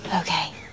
Okay